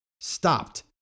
stopped